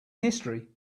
history